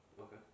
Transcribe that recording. Okay